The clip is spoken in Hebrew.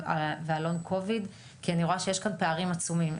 והלונג קוביד כי אני רואה שיש כאן פערים עצומים.